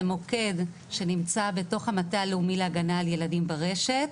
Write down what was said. זה מוקד שנמצא בתוך המטה הלאומי להגנה על ילדים ברשת,